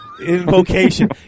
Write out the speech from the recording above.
Invocation